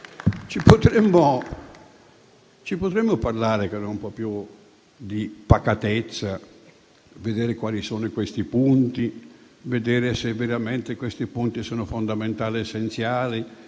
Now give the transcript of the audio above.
Ci potremmo parlare con un po' più di pacatezza e vedere quali sono questi punti; comprendere se veramente essi sono fondamentali ed essenziali;